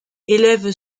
élève